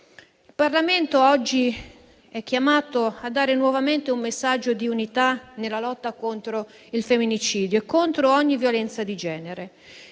il Parlamento è chiamato a dare nuovamente un messaggio di unità nella lotta contro il femminicidio e contro ogni violenza di genere.